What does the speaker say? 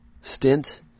stint